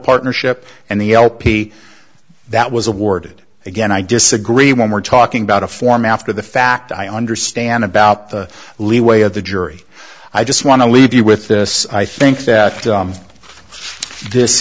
partnership and the lp that was awarded again i disagree when we're talking about a form after the fact i understand about the leeway of the jury i just want to leave you with this i think that this